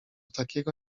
takiego